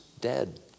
dead